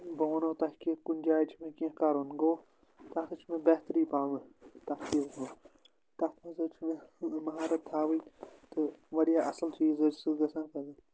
بہٕ وَنو تۄہہِ کہِ کُنہِ جایہِ چھِ مےٚ کیٚنٛہہ کَرُن گوٚو تَتھ حظ چھِ مےٚ بہتری پَاون تَتھ چیٖزس منٛز تَتھ منٛز حظ چھِ مےٚ مَہارت تھاوٕنۍ تہٕ واریاہ اَصٕل چیٖز حظ چھُ سُہ گژھان پَتہٕ